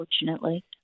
unfortunately